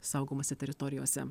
saugomose teritorijose